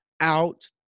Out